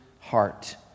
heart